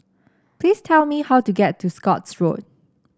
please tell me how to get to Scotts Road